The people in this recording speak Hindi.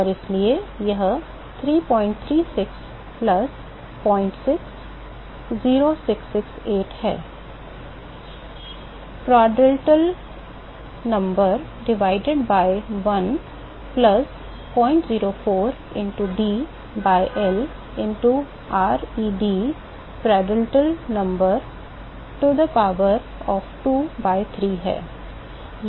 और इसलिए यह 336 plus 06 0668 है प्रांड्टल संख्या divided by 1 plus 004 into D by L into ReD Prandtl number to the power of 2 by 3 है